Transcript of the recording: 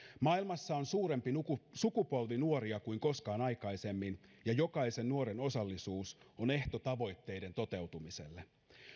maailmassa on suurempi sukupolvi nuoria kuin koskaan aikaisemmin ja jokaisen nuoren osallisuus on ehto tavoitteiden toteutumiselle